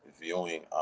viewing